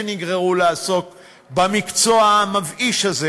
שנגררו לעסוק במקצוע המבאיש הזה